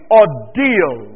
ordeal